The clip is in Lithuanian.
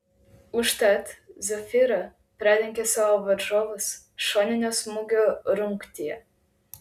užtat zafira pralenkė savo varžovus šoninio smūgio rungtyje